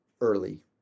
early